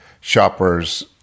shoppers